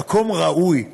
המקום ראוי.